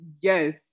yes